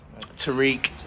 Tariq